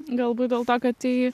galbūt dėl to kad tai